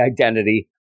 identity